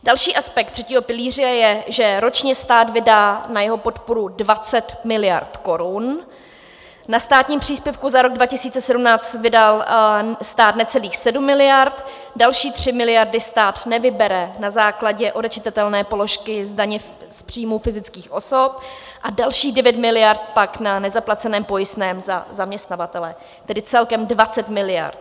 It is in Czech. Další aspekt třetího pilíře je, že ročně stát vydá na jeho podporu 20 mld. korun, na státním příspěvku za rok 2017 vydal stát necelých 7 mld., další 3 mld. stát nevybere na základě odečitatelné položky z daně z příjmů fyzických osob a dalších 9 mld. pak na nezaplaceném pojistném za zaměstnavatele, tedy celkem 20 mld.